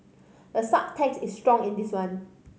the subtext is strong in this one